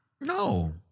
No